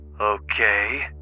Okay